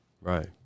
Right